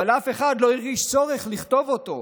אבל אף אחד לא הרגיש צורך לכתוב אותו,